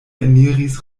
eniris